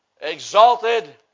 Exalted